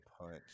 punch